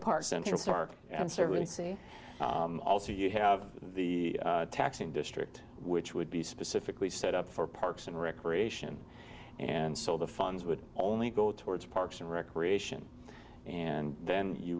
park central park and certainly see also you have the taxing district which would be specifically set up for parks and recreation and so the funds would only go towards parks and recreation and then you